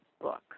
book